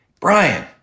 Brian